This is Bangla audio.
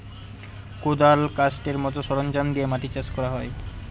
কোঁদাল, কাস্তের মতো সরঞ্জাম দিয়ে মাটি চাষ করা হয়